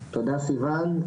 תודה סיון,